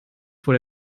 vor